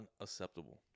Unacceptable